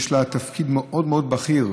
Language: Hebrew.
יש לה תפקיד מאוד מאוד בכיר,